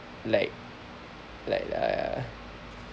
like like err